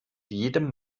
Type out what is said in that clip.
jedem